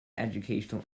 educational